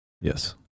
Yes